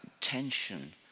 tension